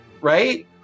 Right